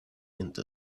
into